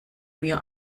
mir